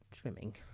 swimming